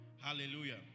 Hallelujah